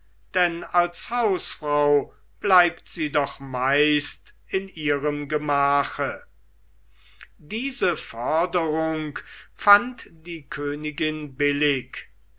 denn als hausfrau bleibt sie doch meist in ihrem gemache diese forderung fand die königin billig